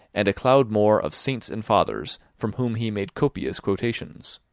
and a cloud more of saints and fathers, from whom he made copious quotations.